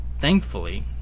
Thankfully